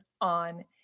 on